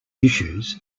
issues